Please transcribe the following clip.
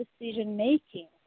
decision-making